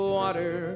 water